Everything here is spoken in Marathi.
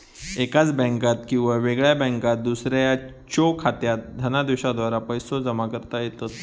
एकाच बँकात किंवा वेगळ्या बँकात दुसऱ्याच्यो खात्यात धनादेशाद्वारा पैसो जमा करता येतत